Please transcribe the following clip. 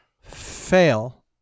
fail